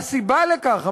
והסיבה לכך,